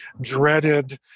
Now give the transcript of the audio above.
dreaded